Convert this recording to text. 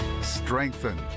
strengthen